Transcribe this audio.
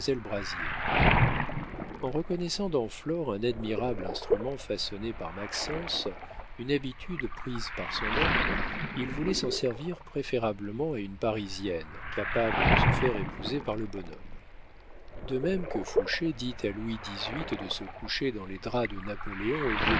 en reconnaissant dans flore un admirable instrument façonné par maxence une habitude prise par son oncle il voulait s'en servir préférablement à une parisienne capable de se faire épouser par le bonhomme de même que fouché dit à louis xviii de se coucher dans les draps de napoléon au lieu